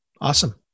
Awesome